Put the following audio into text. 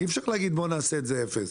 אי אפשר להגיד בואו נעשה את זה אפס.